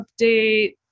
update